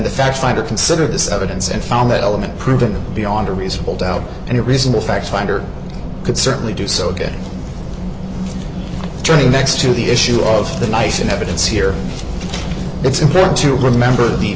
the fact finder consider this evidence and found the element proven beyond a reasonable doubt and a reason the fact finder could certainly do so again turning next to the issue of the nice in evidence here it's important to remember the